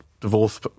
divorce